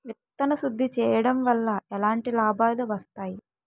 విత్తన శుద్ధి చేయడం వల్ల ఎలాంటి లాభాలు వస్తాయి?